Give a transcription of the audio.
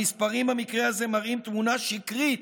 המספרים, במקרה הזה, מראים תמונה שקרית,